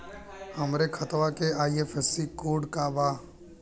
हमरे खतवा के आई.एफ.एस.सी कोड का बा?